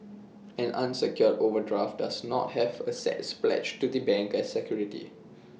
an unsecured overdraft does not have assets pledged to the bank as security